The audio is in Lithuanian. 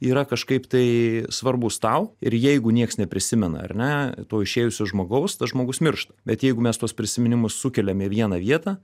yra kažkaip tai svarbūs tau ir jeigu nieks neprisimena ar ne to išėjusio žmogaus tas žmogus miršta bet jeigu mes tuos prisiminimus sukeliam į vieną vietą